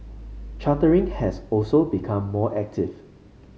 chartering has also become more active